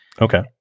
Okay